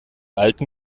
alten